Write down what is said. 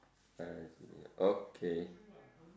I see okay